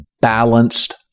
balanced